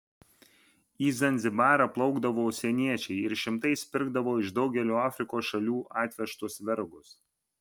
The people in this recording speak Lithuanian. į zanzibarą plaukdavo užsieniečiai ir šimtais pirkdavo iš daugelio afrikos šalių atvežtus vergus